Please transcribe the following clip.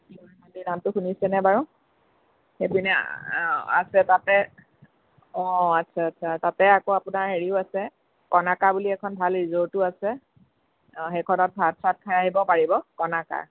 নামটো শুনিছেনে বাৰু এইপিনে আছে তাতে অ' আচ্ছা আচ্ছা তাতে আকৌ আপোনাৰ হেৰিও আছে কনাকা বুলি এখন ভাল ৰিজৰ্টো আছে অ' সেইখনত ভাত চাত খাই আহিব পাৰিব কনাকা